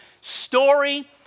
story